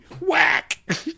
Whack